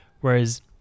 Whereas